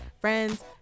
friends